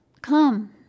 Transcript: come